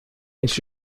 eens